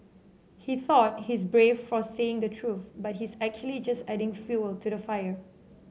he thought he's brave for saying the truth but he's actually just adding fuel to the fire